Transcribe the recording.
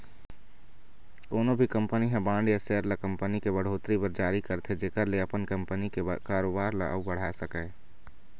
कोनो भी कंपनी ह बांड या सेयर ल कंपनी के बड़होत्तरी बर जारी करथे जेखर ले अपन कंपनी के कारोबार ल अउ बढ़ाय सकय